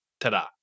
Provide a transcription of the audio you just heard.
Ta-da